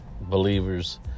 believers